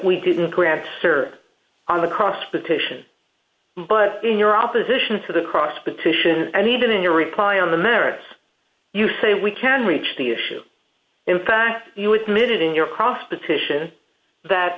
we didn't grant her on the cross petition but in your opposition to the cross petition and even in your reply on the merits you say we can reach the issue in fact you admitted in your cross petition that